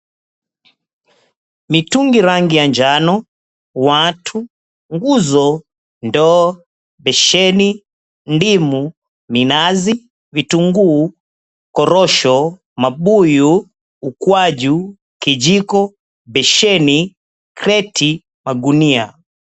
Mitungi rangi ya njano, watu, nguzo, ndoo, besheni, ndimu, minazi, vitunguu, korosho, mabuyu, ukwaju, kijiko, besheni, kreti, magunia.